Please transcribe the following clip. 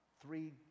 three